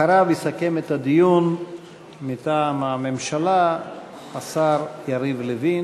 אחריו, יסכם את הדיון מטעם הממשלה השר יריב לוין,